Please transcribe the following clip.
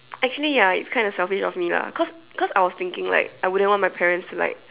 actually ya it's kind of selfish me lah cause cause I was thinking like I wouldn't want my parents to like